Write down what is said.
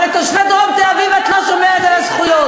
אבל לתושבי דרום תל-אביב את לא שומרת על הזכויות.